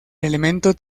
elemento